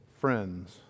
friends